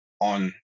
on